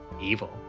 evil